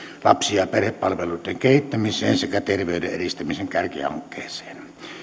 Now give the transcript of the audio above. lapsi ja ja perhepalveluitten kehittämiseen sekä terveyden edistämisen kärkihankkeeseen